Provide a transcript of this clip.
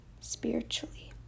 spiritually